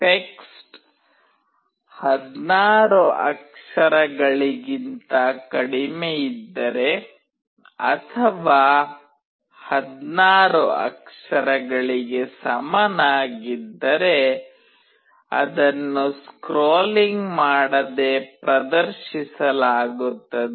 text 16 ಅಕ್ಷರಗಳಿಗಿಂತ ಕಡಿಮೆಯಿದ್ದರೆ ಅಥವಾ 16 ಅಕ್ಷರಗಳಿಗೆ ಸಮನಾಗಿದ್ದರೆ ಅದನ್ನು ಸ್ಕ್ರೋಲಿಂಗ್ ಮಾಡದೆ ಪ್ರದರ್ಶಿಸಲಾಗುತ್ತದೆ